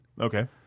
Okay